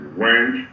went